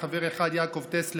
חבר אחד: יעקב טסלר,